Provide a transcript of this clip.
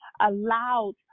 allowed